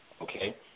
okay